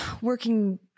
working